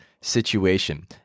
situation